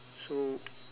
so